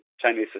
Chinese